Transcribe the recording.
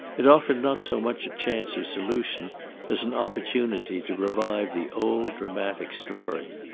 it offered not so much a chance of solution as an opportunity to revive the old dramatic story.